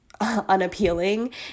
unappealing